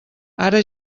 ara